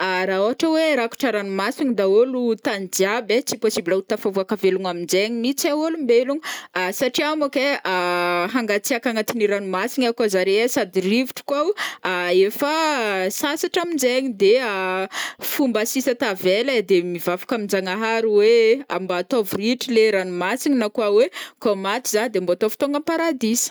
Ra ôhatra oe rakotra ranomasina dahôlo tany jiaby ai tsy possible ho tafavoaka velogno amnjegny mihintsy ai olombelogno, satria monko ai hangatsiaka agnatin'ny ranomasigna akao zare ai sady rivotro kô efa sasatra amizegny de fomba sisa tavela ai de mivavaka aminjagnahary oe mba atôvy ritra le ranomasingy na koa oe kô maty za de mba atôvy tônga am-paradisa.